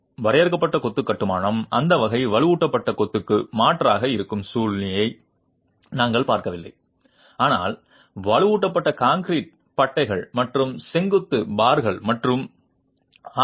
வரையறுக்கப்பட்ட கொத்து கட்டுமானம் அந்த வகை வலுவூட்டப்பட்ட கொத்துக்கு மாற்றாக இருக்கும் சூழ்நிலையை நாங்கள் பார்க்கவில்லை ஆனால் வலுவூட்டப்பட்ட கான்கிரீட் பட்டைகள் மற்றும் செங்குத்து பார்கள் மற்றும் ஆர்